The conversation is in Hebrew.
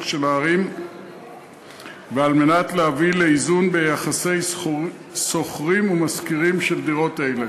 של הערים ועל מנת להביא לאיזון ביחסי שוכרים ומשכירים של דירות אלה.